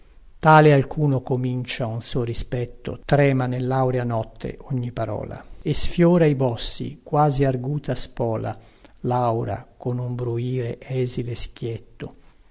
tale alcuno comincia un suo rispetto trema nellaurea notte ogni parola e sfiora i bossi quasi arguta spola laura con un bruire esile e schietto